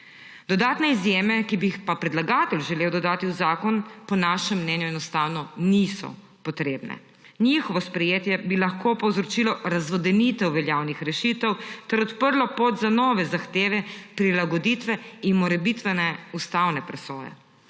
Dodatne izjeme, ki bi jih pa predlagatelj želel dodati v zakon, po našem mnenju enostavno niso potrebne. Njihovo sprejetje bi lahko povzročilo razvodenitev veljavnih rešitev ter odprlo pot za nove zahteve, prilagoditve in morebitne ustavne presoje.